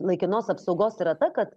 laikinos apsaugos yra ta kad